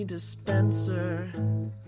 Dispenser